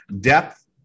depth